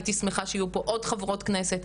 הייתי שמחה שיהיו פה עוד חברות כנסת,